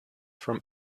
from